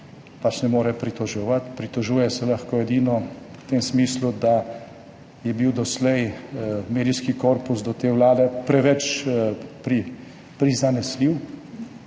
pač ne more pritoževati, pritožuje se lahko edino v tem smislu, da je bil doslej medijski korpus do te vlade preveč prizanesljiv.